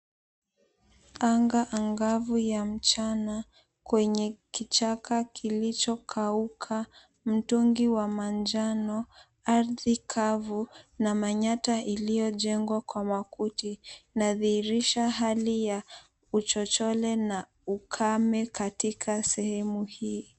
Anga angavu ya mchana, kwenye kichaka kilichokauka. Mtungi wa manjano, ardhi kavu na manyata iliyojengwa kwa makuti. Inadhihirisha hali ya uchochole na ukame katika sehemu hii.